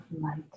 light